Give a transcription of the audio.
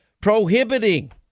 prohibiting